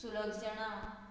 Sulakshana